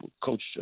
Coach